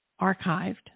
archived